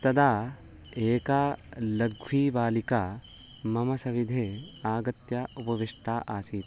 तदा एका लघ्वी बालिका मम सविधे आगत्य उपविष्टा आसीत्